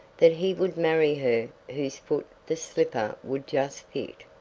that he would marry her whose foot the slipper would just fit.